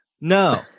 No